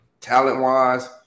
talent-wise